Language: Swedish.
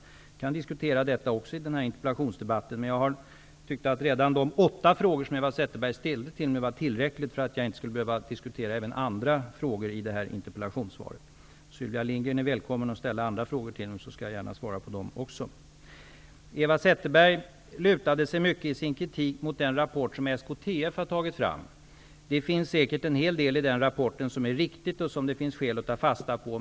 Dessa saker kan också diskuteras i den här interpellationsdebatten. Men jag tycker att redan de åtta frågor som Eva Zetterberg ställt till mig är tillräckligt. Sylvia Lindgren är dock välkommen att ställa andra frågor till mig. Jag svarar gärna på dem också. Eva Zetterberg lutade sig i mångt och mycket i sin kritik mot SKTF:s rapport. Det finns säkert en hel del uppgifter i den rapporten som är riktiga och som det finns skäl att ta fasta på.